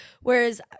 whereas